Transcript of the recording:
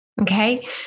Okay